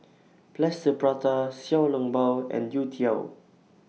Plaster Prata Xiao Long Bao and Youtiao